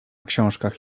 książkach